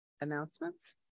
announcements